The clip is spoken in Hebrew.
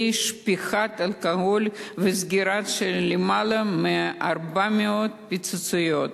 שפיכת אלכוהול וסגירה של למעלה מ-400 "פיצוציות".